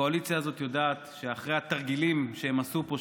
הקואליציה הזאת יודעת שאחרי התרגילים שהם עשו פה,